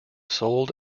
sold